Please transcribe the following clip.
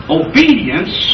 obedience